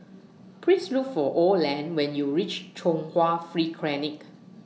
Please Look For Oland when YOU REACH Chung Hwa Free Clinic